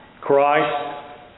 Christ